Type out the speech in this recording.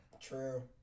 True